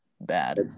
bad